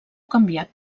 canviat